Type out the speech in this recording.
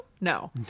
No